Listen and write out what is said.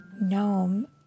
Gnome